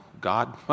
God